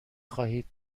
خواهید